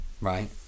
Right